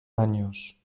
años